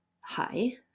hi